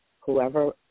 whoever